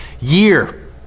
year